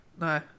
no